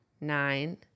nine